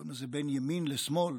קוראים לזה בין ימין לשמאל,